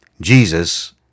Jesus